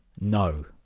no